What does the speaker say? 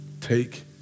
take